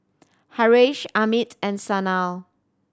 Haresh Amit and Sanal